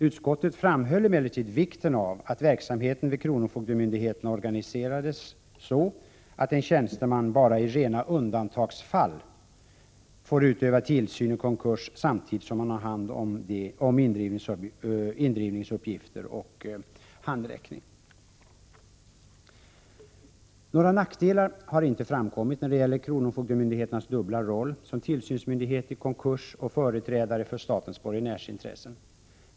Utskottet framhöll emellertid vikten av att verksamheten vid kronofogdemyndigheten organiseras så att en tjänsteman bara i rena undantagsfall får utöva tillsyn i konkurs samtidigt som han har hand om indrivningsuppgifter och handräckning. Några nackdelar har inte framkommit när det gäller kronofogdemyndighetens dubbla roll som tillsynsmyndighet i konkurs och företrädare för statens borgenärsintresse.